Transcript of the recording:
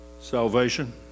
Salvation